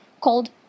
called